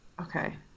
Okay